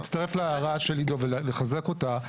להצטרך להערה של עמיר ולחזק אותה.